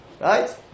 right